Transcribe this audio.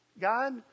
God